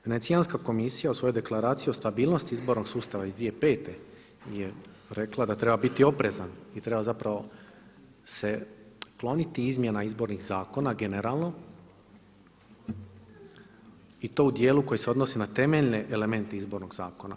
Venecijanska komisija u svojoj Deklaraciji o stabilnosti izbornog sustava iz 2005. je rekla da treba biti oprezan i treba se kloniti izmjena izbornih zakona generalno i to u dijelu koje se odnose na temeljne elemente izbornog zakona.